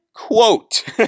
quote